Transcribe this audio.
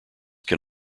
can